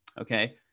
okay